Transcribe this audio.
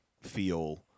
feel